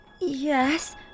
Yes